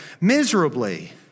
miserably